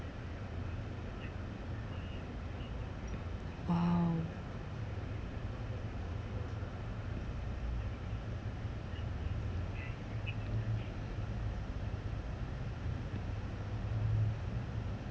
!wow!